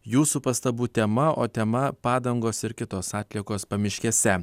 jūsų pastabų tema o tema padangos ir kitos atliekos pamiškėse